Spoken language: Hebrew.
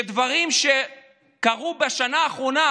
שדברים שקרו בשנה האחרונה